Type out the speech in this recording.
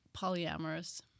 polyamorous